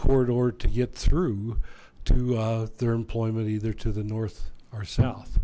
corridor to get through to their employment either to the north or south